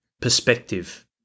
perspective